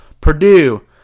Purdue